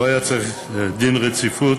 לא היה צריך דין רציפות,